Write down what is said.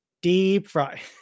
deep-fry